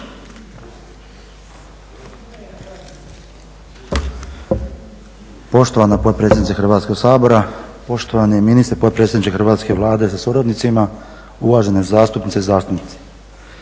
Poštovana potpredsjednice Hrvatskog sabora, poštovani ministre, potpredsjedniče hrvatske Vlade sa suradnicima, uvažene zastupnice i zastupnici.